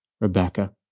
Rebecca